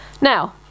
Now